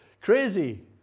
crazy